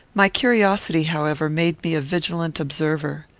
my curiosity, however, made me a vigilant observer.